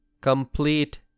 Complete